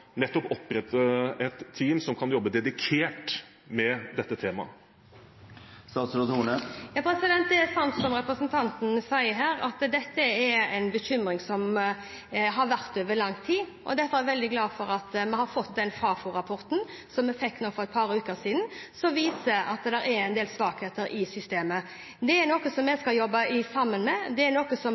et team som kan jobbe dedikert med dette temaet? Det er sant som representanten sier, at dette er en bekymring som har vært over lang tid. Derfor er jeg veldig glad for den Fafo-rapporten som vi fikk for et par uker siden, som viser at det er en del svakheter i systemet. Det er noe som vi sammen skal jobbe med – det er noe som